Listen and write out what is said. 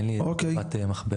אין לי איזה תגובת מחברת.